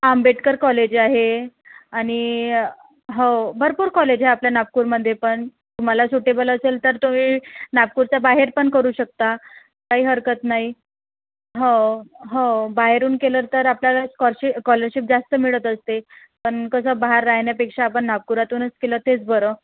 Ambedkar college आहे आणि हो भरपूर कॉलेज आहे आपल्या नागपूरमध्ये पण तुम्हाला सुटेबल असेल तर तुम्ही नागपूरच्या बाहेर पण करू शकता काही हरकत नाही हो हो बाहेरून केलं तर आपल्याला कॉशी कॉलरशीप जास्त मिळत असते पण कसं बाहेर राहण्यापेक्षा आपण नागपूरतूनच केलं तेच बरं